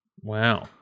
Wow